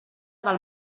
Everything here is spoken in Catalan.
del